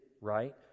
right